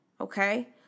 okay